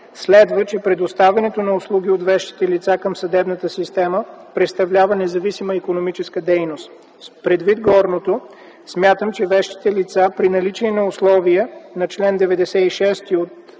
следва че предоставянето на услуги от вещите лица към съдебната система представлява независима икономическа дейност. Предвид горното смятам, че вещите лица, при наличие на условия на чл. 96 от